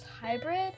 hybrid